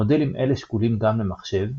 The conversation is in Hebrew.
מודלים אלה שקולים גם למחשב,